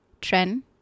trend